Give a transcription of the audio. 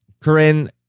Corinne